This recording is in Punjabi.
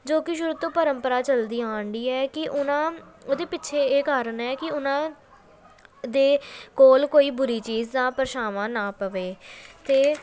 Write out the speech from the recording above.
ਜੋ ਕਿ ਸ਼ੁਰੂ ਤੋਂ ਪ੍ਰੰਪਰਾ ਚੱਲਦੀ ਆਣਡਈ ਹੈ ਕਿ ਉਨ੍ਹਾਂ ਉਹਦੇ ਪਿੱਛੇ ਇਹ ਕਾਰਨ ਹੈ ਕਿ ਉਨ੍ਹਾਂ ਦੇ ਕੋਲ ਕੋਈ ਬੁਰੀ ਚੀਜ਼ ਦਾ ਪਰਛਾਵਾਂ ਨਾ ਪਵੇ ਅਤੇ